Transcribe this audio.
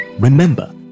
Remember